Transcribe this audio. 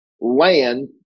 land